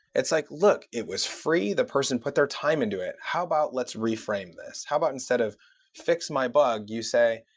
it's like, look. it was free. the person put their time into it. how about let's reframe this? how about instead of fix my bug, you say,